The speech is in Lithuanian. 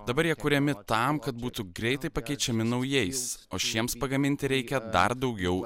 dabar jie kuriami tam kad būtų greitai pakeičiami naujais o šiems pagaminti reikia dar daugiau